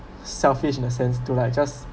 selfish in a sense to like just